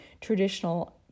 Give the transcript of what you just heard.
traditional